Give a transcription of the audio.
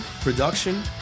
production